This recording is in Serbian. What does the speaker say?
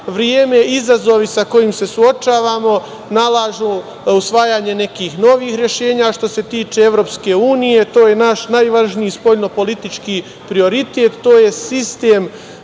Vreme i izazovi sa kojim se suočavamo nalažu usvajanje nekih novih rešenja. Što se tiče EU, to je naš najvažniji spoljno politički prioritet,